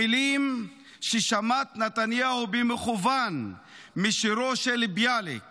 המילים ששמט נתניהו במכוון משירו של ביאליק